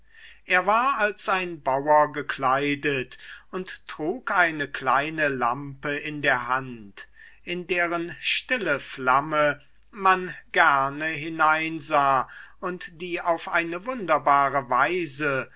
er war als ein bauer gekleidet und trug eine kleine lampe in der hand in deren stille flamme man gerne hineinsah und die auf eine wunderbare weise